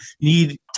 need